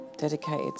dedicated